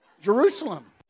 Jerusalem